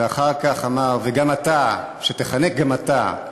ואחר כך אמר: "וגם אתה, שתיחנק גם אתה",